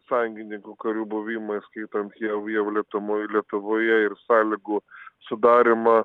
sąjungininkų karių buvimą įskaitant jau jau lietuvoj lietuvoje ir sąlygų sudarymą